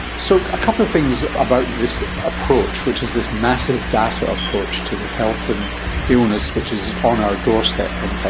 so, a couple of things about this approach, which is this massive data approach to the health and illness which is on our doorstep in fact,